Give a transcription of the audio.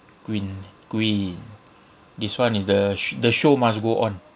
queen queen this [one] is the sh~ the show must go on